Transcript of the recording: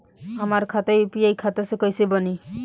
हमार खाता यू.पी.आई खाता कइसे बनी?